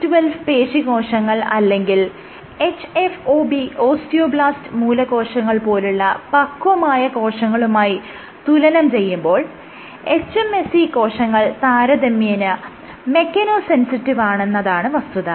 C2C12 പേശീകോശങ്ങൾ അല്ലെങ്കിൽ hFOB osteoblast മൂലകോശങ്ങൾ പോലുള്ള പക്വമായ കോശങ്ങളുമായി തുലനം ചെയ്യുമ്പോൾ hMSC കോശങ്ങൾ താരതമ്യേന മെക്കനോ സെൻസിറ്റീവ് ആണെന്നതാണ് വസ്തുത